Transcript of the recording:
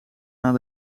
naar